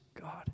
God